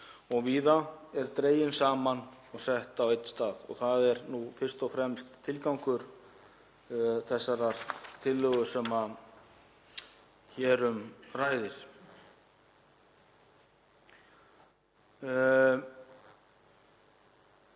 og víðar sé dregin saman og sett á einn stað og það er nú fyrst og fremst tilgangur þessarar tillögu sem hér um ræðir.